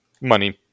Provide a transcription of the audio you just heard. Money